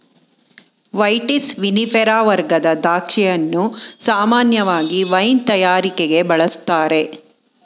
vitis vinifera ವರ್ಗದ ದ್ರಾಕ್ಷಿಯನ್ನು ಸಾಮಾನ್ಯವಾಗಿ ವೈನ್ ತಯಾರಿಕೆಗೆ ಬಳುಸ್ತಾರೆ